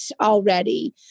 already